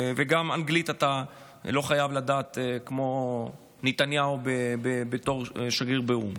וגם אנגלית אתה לא חייב לדעת כמו נתניהו בתור שגריר באו"ם,